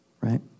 right